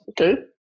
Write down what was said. okay